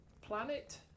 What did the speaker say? planet